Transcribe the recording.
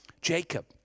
Jacob